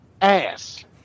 ass